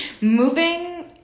moving